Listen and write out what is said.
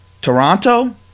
Toronto